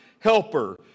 helper